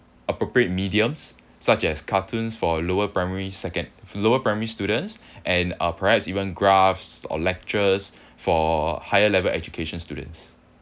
appropriate mediums such as cartoons for lower primary second lower primary students and uh perhaps even graphs or lectures for higher level education students